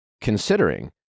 considering